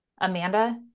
Amanda